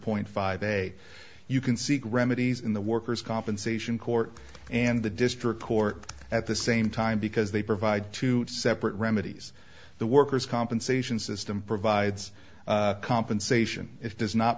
point five a you can seek remedies in the worker's compensation court and the district court at the same time because they provide two separate remedies the worker's compensation system provides compensation if does not